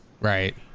Right